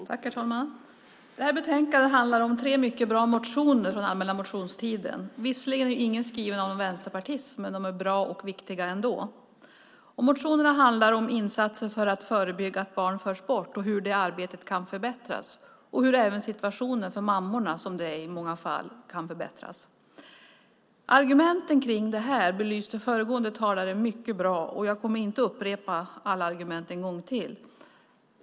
Herr talman! Det här betänkandet handlar om tre mycket bra motioner från allmänna motionstiden. Visserligen är ingen skriven av någon vänsterpartist, men de är bra och viktiga ändå. Motionerna handlar om insatser för att förebygga att barn förs bort, hur det arbetet kan förbättras och även hur situationen för mammorna, som det i många fall är fråga om, kan förbättras. Argumenten för det här belyste föregående talare mycket bra, och jag kommer inte att upprepa alla argument en gång till.